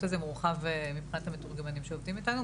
הזה מורחב מבחינת המתורגמנים שעובדים איתנו,